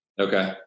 Okay